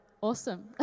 Awesome